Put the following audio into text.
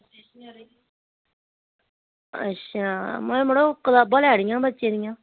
अच्छा मे आक्खेआ मड़ो कतावां लैनियां हां बच्चे दियां